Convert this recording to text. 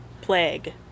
Plague